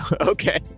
Okay